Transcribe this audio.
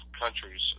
countries